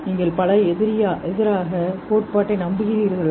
நீங்கள் பல எதிராக கோட்பாட்டை நம்புகிறீர்களா